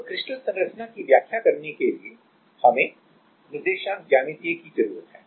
तो क्रिस्टल संरचना की व्याख्या करने के लिए हमें कोऑर्डिनेट ज्योमेट्री निर्देशांक ज्यामिति की जरूरत है